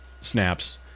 snaps